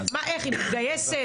איך היא מתגייסת,